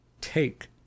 Take